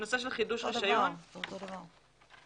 זה אותו דבר.